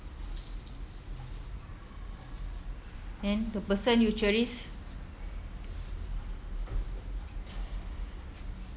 and the person you cherish